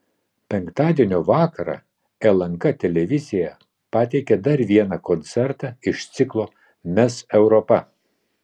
penktadienio vakarą lnk televizija pateikė dar vieną koncertą iš ciklo mes europa